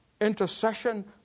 intercession